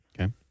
Okay